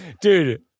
Dude